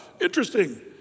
Interesting